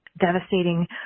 devastating